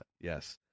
Yes